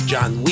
John